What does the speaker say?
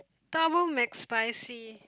double McSpicy